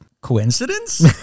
Coincidence